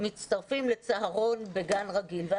מצטרפים לצהרון בגן רגיל.